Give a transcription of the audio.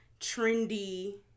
trendy